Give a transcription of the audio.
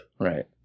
right